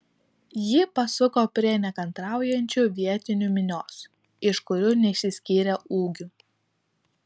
ji pasuko prie nekantraujančių vietinių minios iš kurių neišsiskyrė ūgiu